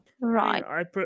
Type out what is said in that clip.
Right